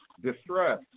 distress